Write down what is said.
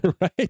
right